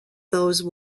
those